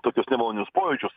tokius nemalonius pojūčius